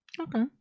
okay